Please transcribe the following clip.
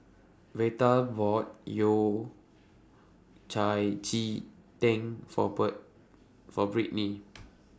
Veta bought Yao Cai Ji Tang For For Brittney